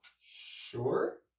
Sure